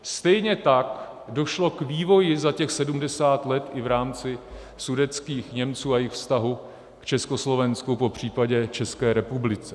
Stejně tak došlo k vývoji za těch sedmdesát let i v rámci sudetských Němců a jejich vztahu k Československu, popřípadě České republice.